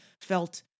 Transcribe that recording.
felt